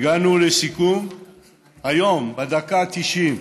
הגענו לסיכום היום, בדקה ה-90.